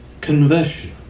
conversion